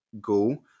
go